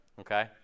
okay